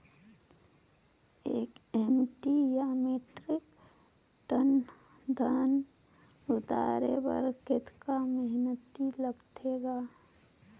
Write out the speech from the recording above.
एक एम.टी या metric ton धन उतारे बर कतका मेहनती लगथे ग?